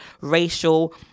racial